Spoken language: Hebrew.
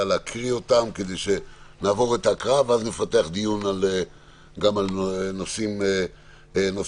להקריא אותן ונפתח לאחר מכן דיון גם על נושאים נוספים.